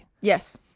Yes